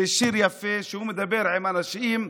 זה שיר יפה, שמדבר על אנשים,